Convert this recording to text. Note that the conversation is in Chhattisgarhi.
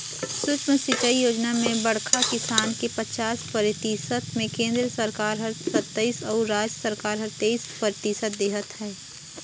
सुक्ष्म सिंचई योजना म बड़खा किसान के पचास परतिसत मे केन्द्र सरकार हर सत्तइस अउ राज सरकार हर तेइस परतिसत देहत है